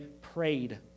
prayed